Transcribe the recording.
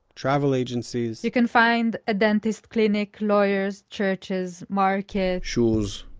travel agencies, you can find a dentist clinic, lawyers, churches, market shoes,